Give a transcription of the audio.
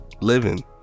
living